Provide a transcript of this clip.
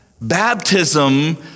Baptism